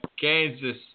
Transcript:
Kansas